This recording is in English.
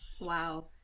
Wow